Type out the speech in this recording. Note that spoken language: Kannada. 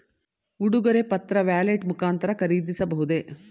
ಉಡುಗೊರೆ ಪತ್ರ ವ್ಯಾಲೆಟ್ ಮುಖಾಂತರ ಖರೀದಿಸಬಹುದೇ?